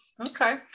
Okay